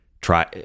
try